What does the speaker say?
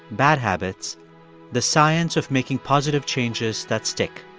bad habits the science of making positive changes that stick.